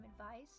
advice